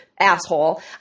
Asshole